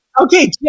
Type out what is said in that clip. Okay